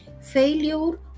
failure